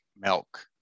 milk